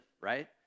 right